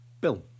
Bill